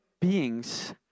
beings